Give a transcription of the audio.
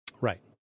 Right